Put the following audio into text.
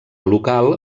local